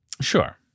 Sure